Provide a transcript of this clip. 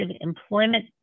Employment